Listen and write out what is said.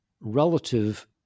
relative